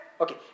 Okay